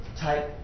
type